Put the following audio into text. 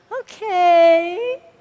okay